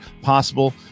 possible